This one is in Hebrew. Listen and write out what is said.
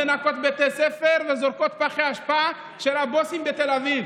מנקות בתי ספר וזורקות פחי אשפה של הבוסים בתל אביב.